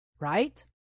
Right